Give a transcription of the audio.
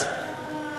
נו.